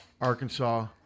Arkansas